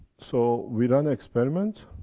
so we done the experiments,